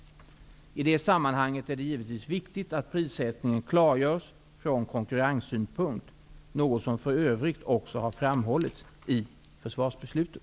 I det sammanhanget är det givetvis viktigt att prissättningen klargörs från konkurrenssynpunkt, något som för övrigt också har framhållits i försvarsbeslutet.